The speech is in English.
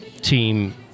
team